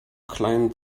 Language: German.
klein